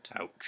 Ouch